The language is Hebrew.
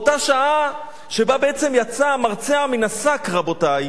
באותה שעה שבה בעצם יצא המרצע מן השק, רבותי.